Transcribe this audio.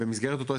במסגרת אותו הסכם,